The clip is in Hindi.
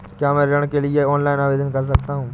क्या मैं ऋण के लिए ऑनलाइन आवेदन कर सकता हूँ?